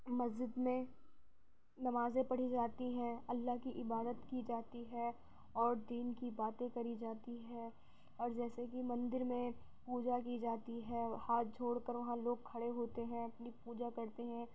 مسجد میں نمازیں پڑھی جاتی ہیں اللہ کی عبادت کی جاتی ہے اور دین کی باتیں کری جاتی ہیں اور جیسے کہ مندر میں پوجا کی جاتی ہے ہاتھ جوڑ کر وہاں لوگ کھڑے ہوتے ہیں اپنی پوجا کرتے ہیں